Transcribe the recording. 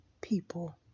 people